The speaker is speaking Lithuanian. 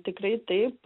tikrai taip